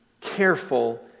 careful